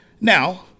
Now